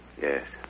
Yes